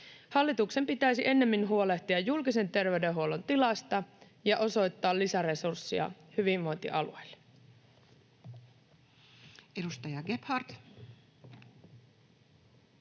Hallituksen pitäisi ennemmin huolehtia julkisen terveydenhuollon tilasta ja osoittaa lisäresurssia hyvinvointialueille.